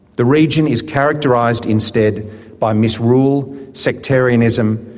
the region is characterised instead by misrule, sectarianism,